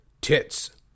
tits